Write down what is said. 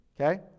Okay